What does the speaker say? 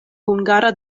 hungara